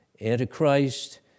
Antichrist